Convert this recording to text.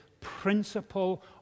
principle